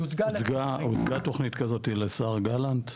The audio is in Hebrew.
היא הוצגה --- הוצגה תוכנית כזאת לשר גלנט.